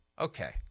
okay